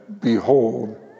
behold